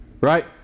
right